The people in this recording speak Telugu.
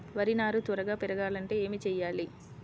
వరి నారు త్వరగా పెరగాలంటే ఏమి చెయ్యాలి?